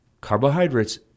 Carbohydrates